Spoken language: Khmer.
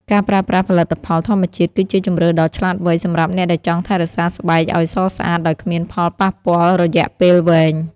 ការប្រើប្រាស់ផលិតផលធម្មជាតិគឺជាជម្រើសដ៏ឆ្លាតវៃសម្រាប់អ្នកដែលចង់ថែរក្សាស្បែកឲ្យសស្អាតដោយគ្មានផលប៉ះពាល់រយៈពេលវែង។